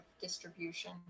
distribution